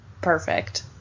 perfect